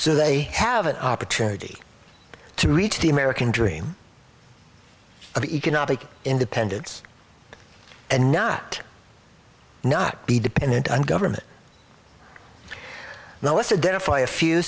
so they have an opportunity to reach the american dream of economic independence and not not be dependent on government now let's identify a few